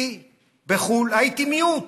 בחו"ל הייתי מיעוט.